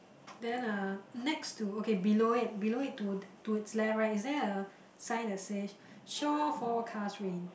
then uh next to okay below it below it to to its left right is there a sign that says shore forecast rain